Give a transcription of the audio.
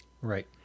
Right